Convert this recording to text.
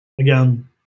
again